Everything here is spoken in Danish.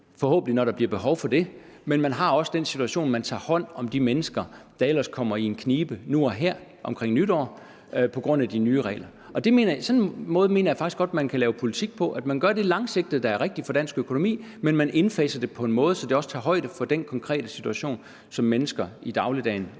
forhåbentlig, når der bliver behov for det. Men det er også sådan i den situation, at man tager hånd om de mennesker, der ellers kommer i en knibe nu og her omkring nytår på grund af de nye regler. Og sådan en måde mener jeg faktisk godt man kan lave politik på, altså at man gør det langsigtet, der er rigtigt for dansk økonomi, men at man indfaser det på en måde, så det også tager højde for den konkrete situation, som mennesker i dagligdagen